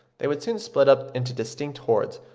they would soon split up into distinct hordes,